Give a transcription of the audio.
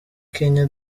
kenya